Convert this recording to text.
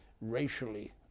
racially